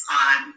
on